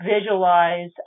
visualize